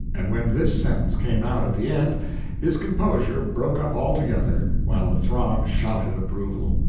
and when this sentence came out at the end his composure broke up altogether, while the throng shouted approval.